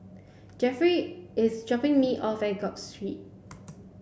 Jefferey is dropping me off at Gul Street